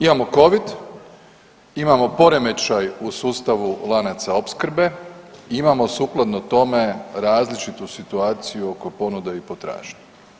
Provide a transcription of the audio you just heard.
Imamo covid, imamo poremećaj u sustavu lanaca opskrbe, imamo sukladno tome različitu situaciju oko ponude i potražnje.